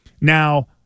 Now –